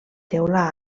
teula